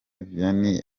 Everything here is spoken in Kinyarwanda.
vianney